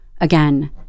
Again